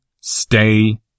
Stay